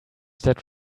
that